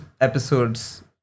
episode's